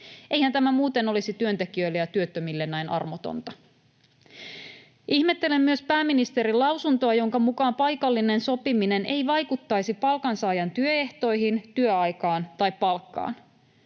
Eihän tämä muuten olisi työntekijöille ja työttömille näin armotonta. Ihmettelen myös pääministerin lausuntoa, jonka mukaan paikallinen sopiminen ei vaikuttaisi palkansaajan työehtoihin, työaikaan tai palkkaan.